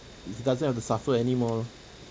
he doesn't have to suffer anymore lor